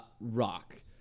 Rock